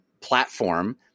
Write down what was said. platform